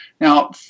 Now